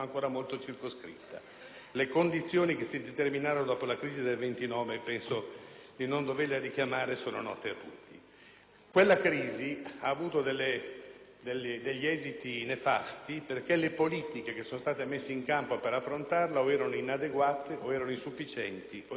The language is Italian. Le condizioni che si determinarono dopo la crisi del 1929 penso di non doverle richiamare, sono note a tutti. Quella crisi ha avuto degli esiti nefasti perché le politiche che sono state messe in campo per affrontarla o erano inadeguate o erano insufficienti o erano sbagliate.